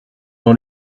dans